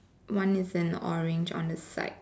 one is an orange on the side